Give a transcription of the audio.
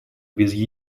без